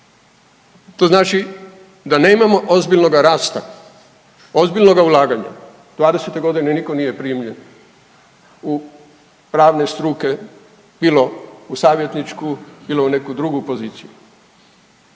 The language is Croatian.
to znači da nemamo ozbiljnoga rasta, ozbiljnoga ulaganja. '20.-te godine niko nije primljen u pravne struke bilo u savjetničku, bilo u neku drugu poziciju.